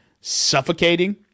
suffocating